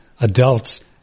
adults